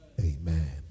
Amen